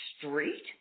street